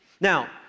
Now